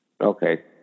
Okay